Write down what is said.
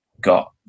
got